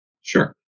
Sure